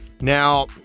Now